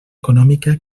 econòmica